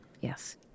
Yes